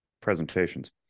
presentations